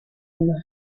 une